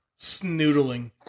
Snoodling